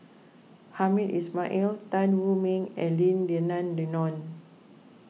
Hamed Ismail Tan Wu Meng and Lim Denan Denon